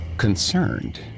Concerned